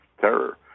terror